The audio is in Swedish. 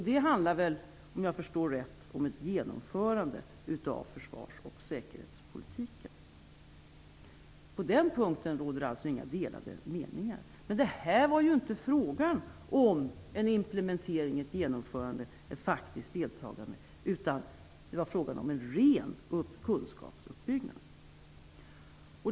Det handlar väl, om jag förstår det rätt, om ett genomförande av försvars och säkerhetspolitiken. På den punkten råder det alltså inga delade meningar. Men det här var ju inte fråga om en implementering, ett genomförande, eller ett faktiskt deltagande, utan om en ren kunskapsuppbyggnad.